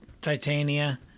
Titania